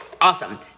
Awesome